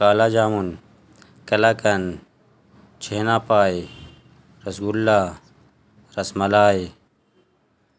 کالا جاامن کلاکان چھھینا پائے رسگ اللہ رس ملائے